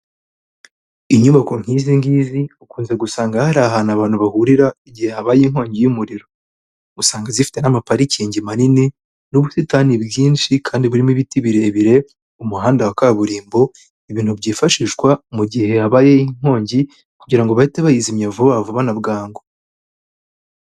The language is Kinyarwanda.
Inyubako nk'izi ngizi, ukunze gusanga hari ahantu abantu bahurira igihe habaye inkongi y'umuriro. Usanga zifite n'amaparikingi manini n'ubusitani bwinshi kandi burimo ibiti birebire, umuhanda wa kaburimbo, ibintu byifashishwa mu gihe habayeho inkongi kugira ngo bahite bayizimya vuba vuba na bwangu.